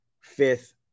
fifth